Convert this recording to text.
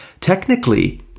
technically